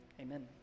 amen